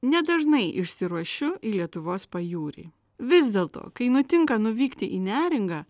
nedažnai išsiruošiu į lietuvos pajūrį vis dėlto kai nutinka nuvykti į neringą